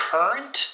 Current